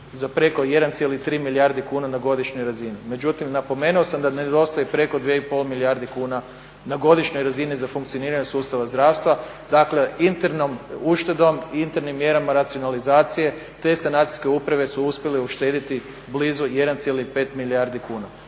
za preko 1,3 milijardi kuna na godišnjoj razini. Međutim, napomenuo sam da nedostaje preko 2,5 milijarde kuna na godišnjoj razini za funkcioniranje sustava zdravstva. Dakle, internom uštedom i internim mjerama racionalizacije te sanacijske uprave su uspjele uštediti blizu 1,5 milijardi kuna.